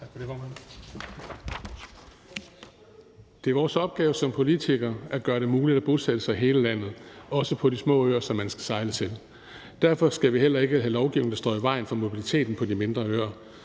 Tak for det, formand. Det er vores opgave som politikere at gøre det muligt at bosætte sig i hele landet, også på de små øer, som man skal sejle til. Derfor skal vi heller ikke have lovgivning, der står i vejen for mobiliteten på de mindre øer.